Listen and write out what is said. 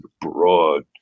broad